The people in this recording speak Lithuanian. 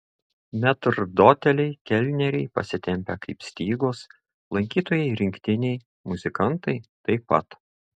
metrdoteliai kelneriai pasitempę kaip stygos lankytojai rinktiniai muzikantai taip pat